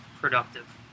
productive